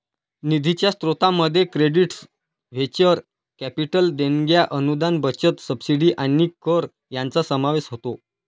निधीच्या स्त्रोतांमध्ये credits venture capital देणग्या अनुदान बचत सबसिडी आणि कर यांचा समावेश होतो